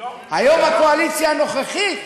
לא היום, הקואליציה הנוכחית